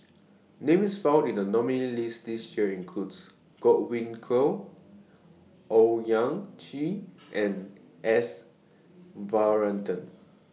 Names found in The nominees' list This Year include Godwin Koay Owyang Chi and S Varathan